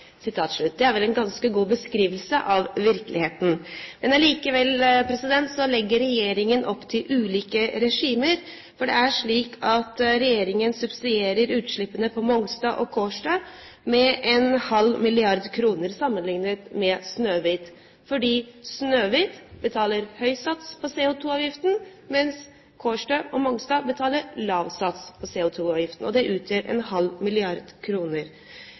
Det er vel en ganske god beskrivelse av virkeligheten. Likevel legger regjeringen opp til ulike regimer. For det er slik at regjeringen subsidierer utslippene på Mongstad og Kårstø med en halv milliard kroner sammenlignet med Snøhvit, fordi Snøhvit betaler høy sats på CO2-avgiften, mens Kårstø og Mongstad betaler lav sats på CO2-avgiften. Det utgjør en halv milliard kroner.